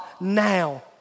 now